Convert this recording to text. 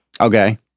Okay